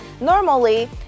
Normally